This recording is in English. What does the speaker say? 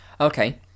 Okay